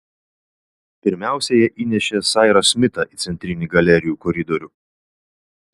pirmiausia jie įnešė sairą smitą į centrinį galerijų koridorių